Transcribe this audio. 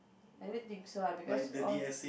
actually think so ah because all